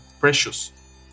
precious